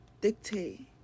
dictate